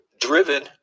driven